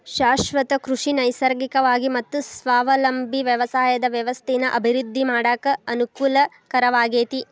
ಶಾಶ್ವತ ಕೃಷಿ ನೈಸರ್ಗಿಕವಾಗಿ ಮತ್ತ ಸ್ವಾವಲಂಬಿ ವ್ಯವಸಾಯದ ವ್ಯವಸ್ಥೆನ ಅಭಿವೃದ್ಧಿ ಮಾಡಾಕ ಅನಕೂಲಕರವಾಗೇತಿ